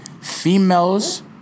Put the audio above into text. Females